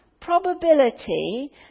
probability